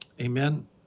Amen